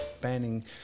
banning